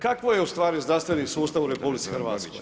Kakvo je u stvari zdravstveni sustav u RH.